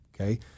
Okay